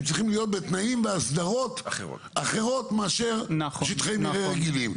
הם צריכים להיות בתנאים והסדרות אחרים משטחי מרעה חיים רגילים.